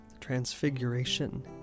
transfiguration